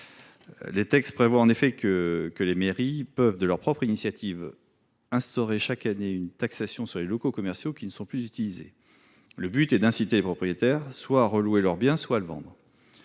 Les textes prévoient en effet que les mairies peuvent, de leur propre initiative, instaurer chaque année une taxation sur les locaux commerciaux qui ne sont plus utilisés. Le but est d’inciter les propriétaires soit à relouer leur bien, soit à le vendre.